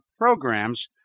programs